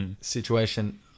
situation